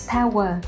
Power